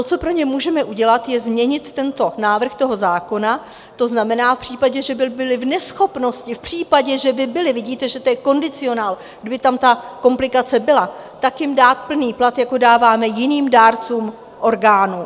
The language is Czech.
Co pro ně můžeme udělat, je změnit tento návrh zákona, to znamená v případě, že by byli v neschopnosti, v případě, že by byli vidíte, že to je kondicionál kdyby tam ta komplikace byla, tak jim dát plný plat, jako dáváme jiným dárcům orgánů.